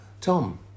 Tom